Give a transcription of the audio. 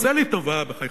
עשה לי טובה, בחייך.